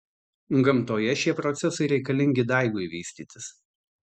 gamtoje šie procesai reikalingi daigui vystytis